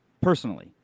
Personally